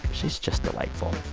she's just delightful.